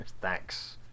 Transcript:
Thanks